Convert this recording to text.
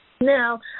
Now